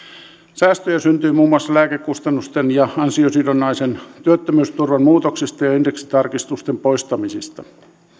säästöjä syntyy muun muassa lääkekustannusten ja ansiosidonnaisen työttömyysturvan muutoksista ja indeksitarkistusten poistamisista